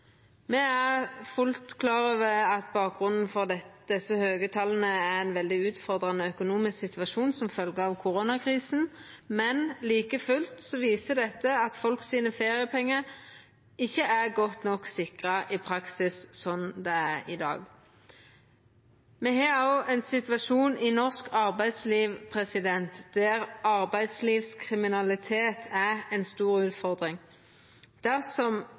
Me er fullt klar over at bakgrunnen for desse høge tala er ein veldig utfordrande økonomisk situasjon som følgje av koronakrisen, men like fullt viser dette at folk sine feriepengar ikkje er godt nok sikra i praksis som det er i dag. Me har også ein situasjon i norsk arbeidsliv der arbeidslivkriminalitet er ei stor utfordring. Dersom